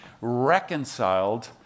reconciled